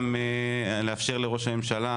גם לאפשר לראש הממשלה,